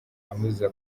amuziza